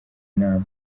inama